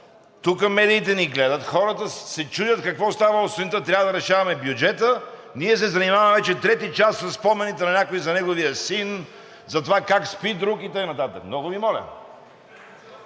Тук медиите ни гледат, хората се чудят какво е станало сутринта – трябва да решаваме бюджета, а ние се занимаваме вече трети час със спомените на някого за неговия син, за това как спи друг и така нататък! Много Ви моля!